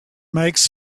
makes